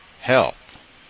health